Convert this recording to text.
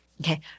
Okay